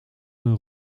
hun